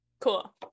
cool